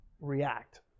react